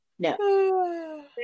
no